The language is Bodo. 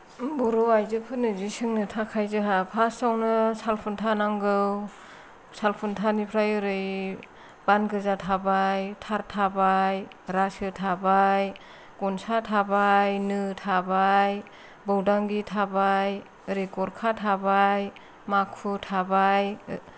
बर' आइजोफोरनो जि सोंनो थाखाय जोंहा फार्स्ट आवनो साल खुन्था नांगौ सालखुन्थानिफ्राय ओरै बान गोजा थाबाय थार थाबाय रासो थाबाय गनसा थाबाय नो थाबाय बौदांगि थाबाय ओरै गरखा थाबाय माखु थाबाय